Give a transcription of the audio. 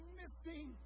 missing